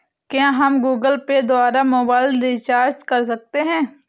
क्या हम Google Pay द्वारा मोबाइल रिचार्ज कर सकते हैं?